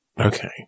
Okay